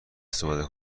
استفاده